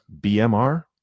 bmr